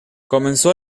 comenzó